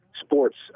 sports